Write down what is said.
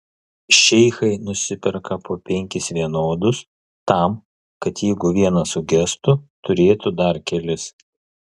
šeichai nusiperka po penkis vienodus tam kad jeigu vienas sugestų turėtų dar kelis